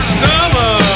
summer